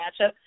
matchup